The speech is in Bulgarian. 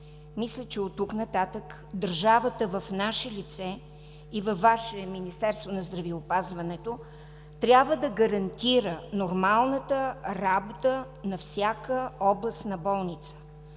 Мисля, че от тук нататък държавата в наше лице и във Ваше – Министерство на здравеопазването, трябва да гарантира нормалната работа на всяка областна болница,